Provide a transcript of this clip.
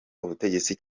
ubutegetsi